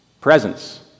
presence